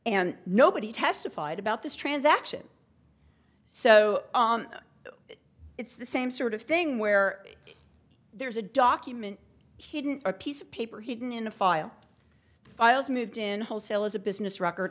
and nobody testified about this transaction so it's the same sort of thing where there's a document hidden a piece of paper hidden in a file files moved in wholesale as a business record